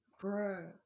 Bro